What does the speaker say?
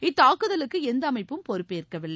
இத்தாக்குதலுக்கு எந்த அமைப்பும் பொறுப்பு ஏற்கவில்லை